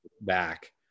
back